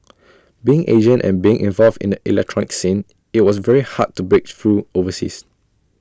being Asian and being involved in the electronic scene IT was very hard to break through overseas